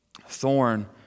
thorn